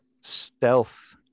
stealth